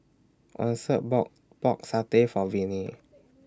Answer bought Pork Satay For Viney